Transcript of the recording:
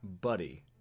buddy